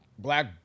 Black